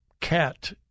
cat